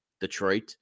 Detroit